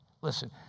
listen